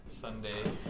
Sunday